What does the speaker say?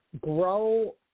grow